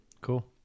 Cool